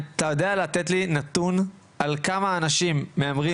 אתה יודע לתת לי נתון על כמה אנשים מהמרים